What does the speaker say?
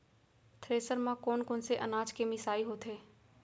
Thresher म कोन कोन से अनाज के मिसाई होथे?